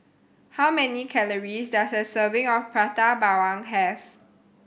how many calories does a serving of Prata Bawang have